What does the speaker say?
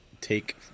take